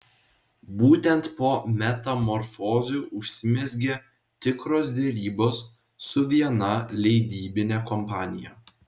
būtent po metamorfozių užsimezgė tikros derybos su viena leidybine kompanija